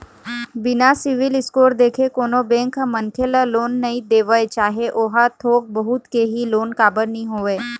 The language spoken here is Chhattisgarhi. बिना सिविल स्कोर देखे कोनो बेंक ह मनखे ल लोन नइ देवय चाहे ओहा थोक बहुत के ही लोन काबर नीं होवय